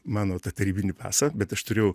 mano tą tarybinį pasą bet aš turėjau